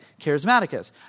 charismaticus